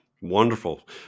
Wonderful